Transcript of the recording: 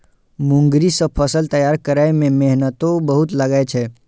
मूंगरी सं फसल तैयार करै मे मेहनतो बहुत लागै छै